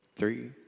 Three